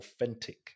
authentic